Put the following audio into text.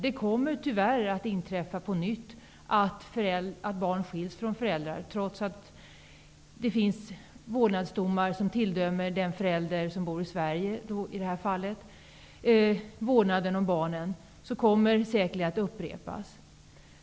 Det kommer tyvärr på nytt att inträffa att barn skiljs från föräldrar. Trots att det finns vårdnadsdomar som tilldömer den förälder som i detta fall bor i Sverige vårdnaden om barnen, kommer detta säkerligen att upprepas.